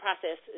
process